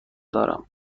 دارم